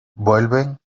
vuelven